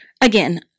Again